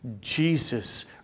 Jesus